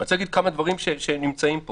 אני רוצה לדבר על כמה דברים שחסרים פה